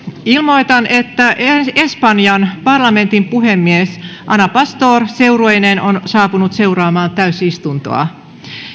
ilmoitan että espanjan parlamentin puhemies ana pastor seurueineen on saapunut seuraamaan täysistuntoa